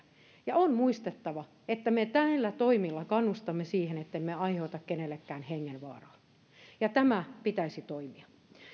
ja on muistettava että me näillä toimilla kannustamme siihen ettemme aiheuta kenellekään hengenvaaraa ja tämän pitäisi toimia